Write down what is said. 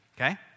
okay